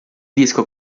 disco